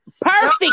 perfect